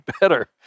better